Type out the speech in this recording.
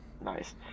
nice